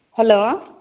hello